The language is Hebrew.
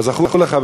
כזכור לך,